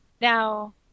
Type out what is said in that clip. now